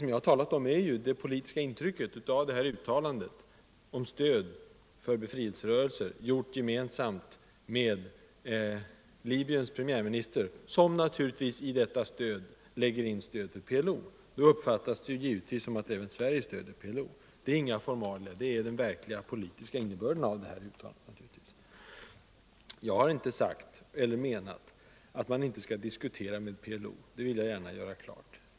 Vad jag har talat om är det politiska intrycket av det uttalande om stöd för befrielserörelser, som herr Palme gjorde gemensamt med Libyens premiärminister, vilken med ett sådant stöd naturligtvis menar stöd till PLO. Det uppfattas givetvis så, att även Sverige stöder PLO. Detta är inga formalia — det är den verkliga, politiska innebörden av uttalandet. Jag har inte sagt eller menat att man inte skall diskutera med PLO —- det vill jag gärna göra klart.